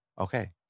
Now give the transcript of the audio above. Okay